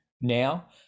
now